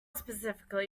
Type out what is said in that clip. specifically